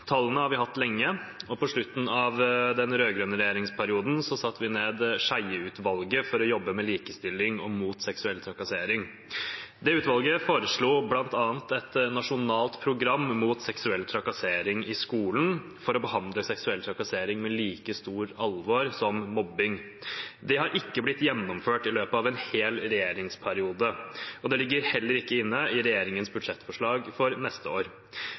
Tallene har vi hatt lenge, og på slutten av den rød-grønne regjeringsperioden satte vi ned Skjeie-utvalget for å jobbe med likestilling og mot seksuell trakassering. Det utvalget foreslo bl.a. et nasjonalt program mot seksuell trakassering i skolen for å behandle seksuell trakassering med like stort alvor som mobbing. Det har ikke blitt gjennomført i løpet av en hel regjeringsperiode. Det ligger heller ikke inne i regjeringens budsjettforslag for neste år.